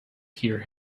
hear